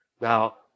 Now